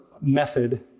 method